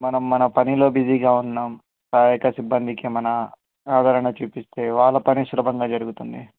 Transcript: మనం మన పనిలో బిజీగా ఉన్నాం సహాయక సిబ్బందికి మన ఆదరణ చూపిస్తే వాళ్ళ పని సులభంగా జరుగుతుంది